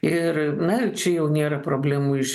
ir na čia jau nėra problemų iš